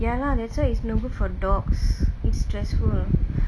ya lah that's why it's no good for dogs it's stressful ah